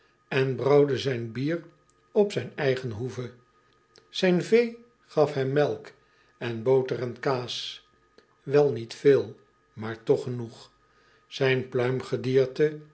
en brouwde zijn bier op zijn eigen hoeve ijn vee gaf hem melk en boter en kaas wel niet veel maar toch genoeg ijn